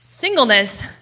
Singleness